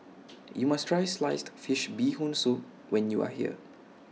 YOU must Try Sliced Fish Bee Hoon Soup when YOU Are here